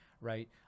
right